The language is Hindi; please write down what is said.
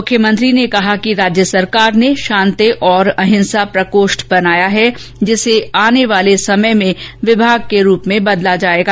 उन्होंने कहा कि राज्य सरकार ने शांति और अहिंसा प्रकोष्ठ बनाया है जिसे आने वाले समय में विभाग के रूप में बदला जाएगा